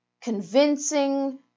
convincing